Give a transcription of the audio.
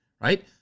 Right